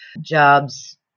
jobs